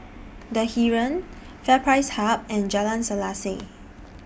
The Heeren FairPrice Hub and Jalan Selaseh